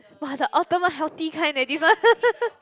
!wah! the ultimate healthy kind eh this one